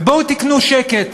ובואו תקנו שקט.